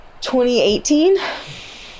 2018